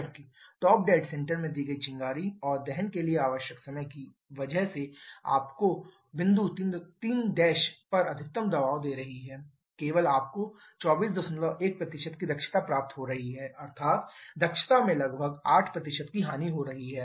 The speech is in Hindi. जबकि टॉप डेड सेंटर में दी गई चिंगारी और दहन के लिए आवश्यक समय की वजह से जो आपको बिंदु 3' पर अधिकतम दबाव दे रही है केवल आपको 241 की दक्षता प्राप्त हो रही है अर्थात दक्षता में लगभग 8 की हानि हो रही है